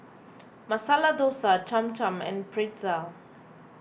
Masala Dosa Cham Cham and Pretzel